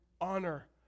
honor